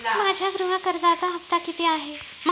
माझ्या गृह कर्जाचा हफ्ता किती आहे?